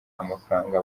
amafaranga